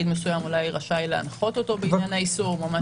מסוים אולי רשאי להנחות אותו בעניין היישום.